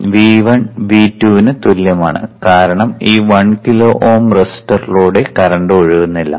V1 V2 ന് തുല്യമാണ് കാരണം ഈ 1 കിലോ Ω റെസിസ്റ്ററിലൂടെ കറന്റ് ഒഴുകുന്നില്ല